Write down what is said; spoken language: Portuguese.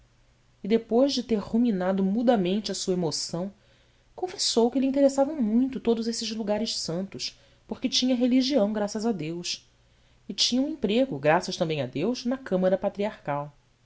e depois de ter ruminado mudamente a sua emoção confessou que lhe interessavam muito todos esses lugares santos porque tinha religião graças a deus e tinha um emprego graças também a deus na câmara patriarcal